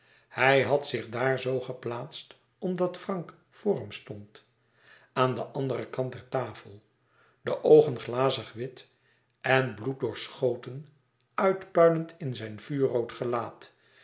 hij had zich daar zoo geplaatst omdat frank vr hem stond aan den anderen kant der tafel de oogen glazig wit en bloeddoorschoten uitpuilend in zijn vuurrood gelaat